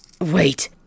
Wait